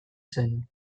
zen